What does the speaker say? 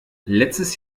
letztes